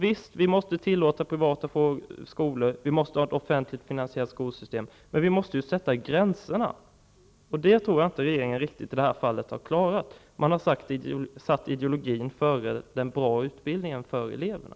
Visst måste vi tillåta privata skolor, och vi måste ha ett offentligt finansierat skolsystem, men vi måste ju sätta gränserna! Det tror jag inte att regeringen i det här fallet riktigt har klarat. Man har satt ideologin före en bra utbildning för eleverna.